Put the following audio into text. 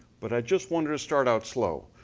but i just wanted to start out slow.